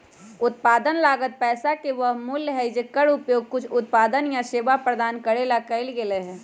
उत्पादन लागत पैसा के वह मूल्य हई जेकर उपयोग कुछ उत्पादन या सेवा प्रदान करे ला कइल गयले है